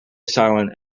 silent